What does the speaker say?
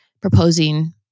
proposing